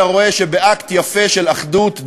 אתה רואה שבאקט יפה של אחדות,